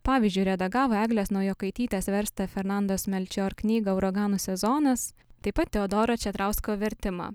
pavyzdžiui redagavo eglės naujokaitytės verstą fernandos melčior knygą uraganų sezonas taip pat teodoro četrausko vertimą